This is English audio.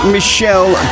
Michelle